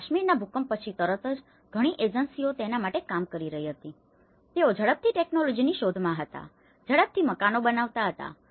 અને કાશ્મીરના ભૂકંપ પછી તરત જ ઘણી એજન્સીઓ તેના માટે કામ કરી રહી હતી અને તેઓ ઝડપી ટેકનોલોજીની શોધમાં હતા ઝડપથી મકાનો બનાવતા હતા